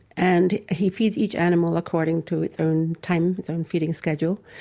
and he feeds each animal according to its own timing, it's own feeding schedule,